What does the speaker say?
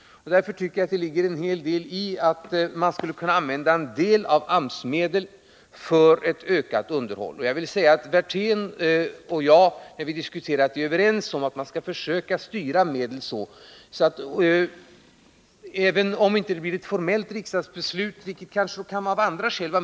Därför tycker jag att det ligger en hel del i att man skulle kunna använda en del av AMS-medlen för ett ökat underhåll. Jag vill tillägga att Rolf Wirtén och jag är överens om att man skall försöka styra AMS-medlen så att man i görligaste mån tillser att de används på ett sådant sätt att vi bevarar det kapital vi lagt ner.